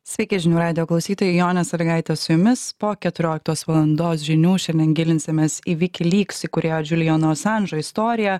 sveiki žinių radijo klausytojai jonė sąlygaitė su jumis po keturioliktos valandos žinių šiandien gilinsimės į wikileaks įkūrėjo žiulijono asanžo istoriją